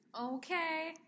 Okay